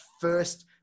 first